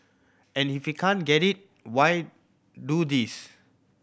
and if he can't get it why do this